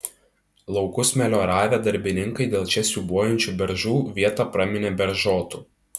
laukus melioravę darbininkai dėl čia siūbuojančių beržų vietą praminė beržotu